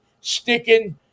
sticking